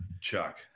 Chuck